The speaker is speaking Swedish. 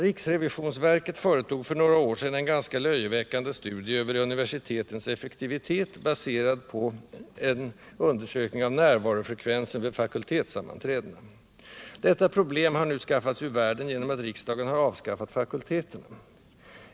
Riksrevisionsverket företog för några år sedan en ganska löjeväckande studie av universitetens effektivitet baserad på en undersökning av närvarofrekvensen vid fakultetssammanträdena. Detta problem har nu bragts ur världen genom att riksdagen avskaffat fakulteterna.